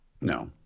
No